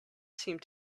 seemed